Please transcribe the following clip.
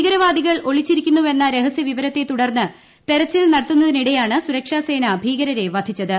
ഭീകരവാദികൾ ഒളിച്ചിരിക്കുന്നുവെന്ന രഹസ്യവിവരത്തെതുടർന്ന് തെരച്ചിൽ നടത്തുന്നതിനിടെയാണ് സുരക്ഷാസേന ഭീകരരെ വധിച്ചത്